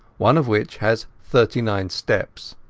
one of which has thirty-nine steps.